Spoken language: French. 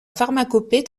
pharmacopée